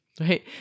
right